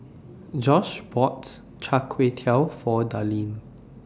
Josh bought Char Kway Teow For Darlene